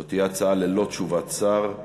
זו הצעה ללא תשובת שר.